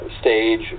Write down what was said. stage